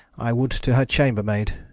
i would to her chamber-maid,